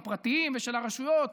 הפרטיים ושל הרשויות,